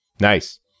Nice